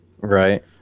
right